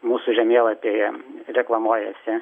mūsų žemėlapyje reklamuojasi